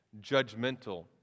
judgmental